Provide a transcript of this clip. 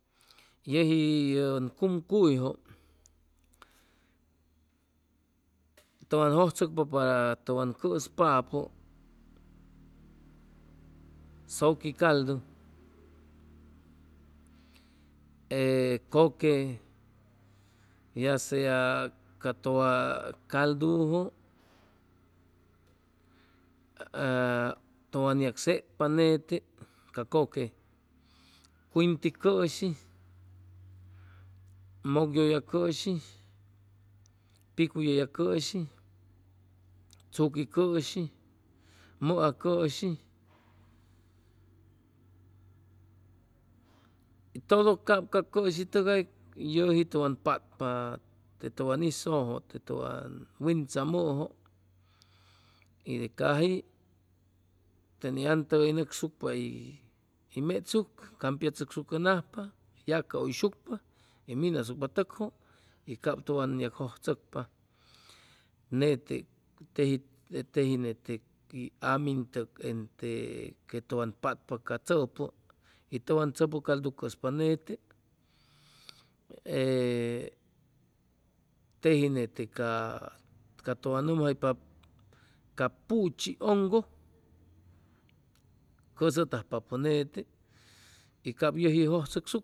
Yʉji yʉn cumcuyjʉ tʉwan jʉjchʉcpa para tʉwan cʉspapʉ zʉqui caldu e kʉque ya sea ca caldujʉ a tʉwn yag setpa nete ca kʉque, cuinti cʉshi, mʉkyʉlla cʉshi, picu yʉlla cʉshi, tzuqui cʉshi, mʉa ʉshi, todo cap ca cʉshi tʉga yʉji tʉwn patpa te tʉwan hizʉjʉ te tʉwan wintzamʉjʉ y de caji te ni antʉgay nʉcsucpa hʉy mechsucʉ campiachʉcsucʉnajpa yacahʉyshucpa hʉy minasucpa tʉkjʉ y cap tʉwan yagjʉjchʉcpa nete teji teji nete amintʉg ente que tʉwan patpa ca tzʉpʉ y tʉwan tzʉpʉ caldu cʉzpa nete ee teji nete ca ca tʉwan nʉmjaypap ca puchi hongo cʉsʉtajpapʉ nete y cap yʉji hʉy jʉjchʉcsucpa